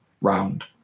round